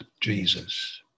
Jesus